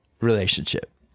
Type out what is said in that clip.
relationship